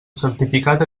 certificat